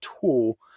tool